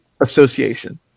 association